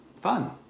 fun